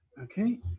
Okay